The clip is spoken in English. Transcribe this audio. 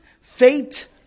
fate